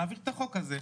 נעביר את החוק הזה.